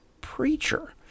preacher